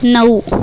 नऊ